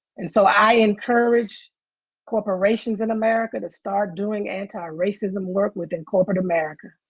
and so i encourage corporations in america to start doing antiracism work within corporate america.